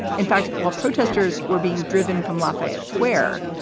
in fact, while protesters were being driven from lafayette square,